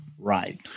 Right